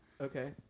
Okay